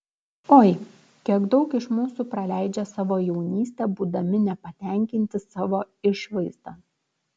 oi kiek daug iš mūsų praleidžia savo jaunystę būdami nepatenkinti savo išvaizda